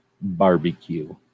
barbecue